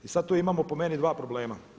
Sad tu imamo po meni 2 problema.